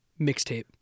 Mixtape